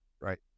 right